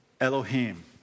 Elohim